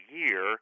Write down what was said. year